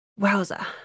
Wowza